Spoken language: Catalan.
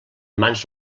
mans